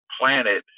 planet